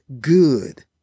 good